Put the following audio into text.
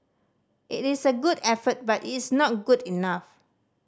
it is a good effort but it's not good enough